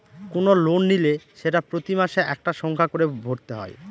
কোনো লোন নিলে সেটা প্রতি মাসে একটা সংখ্যা করে ভরতে হয়